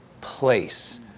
place